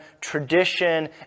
tradition